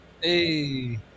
hey